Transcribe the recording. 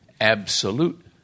absolute